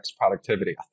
productivity